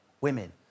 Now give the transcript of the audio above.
women